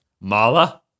Mala